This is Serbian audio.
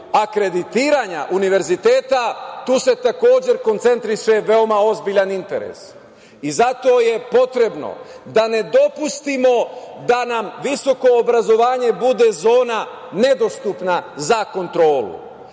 akreditiranja univerziteta, tu se takođe koncentriše veoma ozbiljan interes. Zato je potrebno da ne dopustimo da nam visoko obrazovanje bude zona nedostupna za kontrolu,